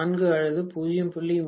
4 அல்லது 0